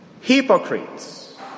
hypocrites